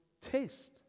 test